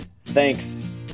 Thanks